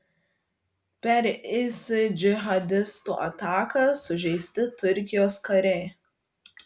per is džihadistų ataką sužeisti turkijos kariai